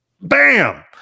Bam